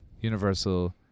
universal